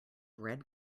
red